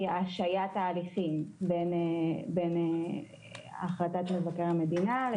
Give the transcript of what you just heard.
בעניין השעיית ההליכים בין החלטת מבקר המדינה לבין